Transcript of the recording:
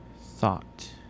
thought